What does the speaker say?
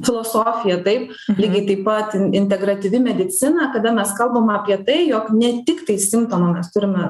filosofija taip lygiai taip pat integratyvi medicina kada mes kalbam apie tai jog ne tiktai simptomą mes turime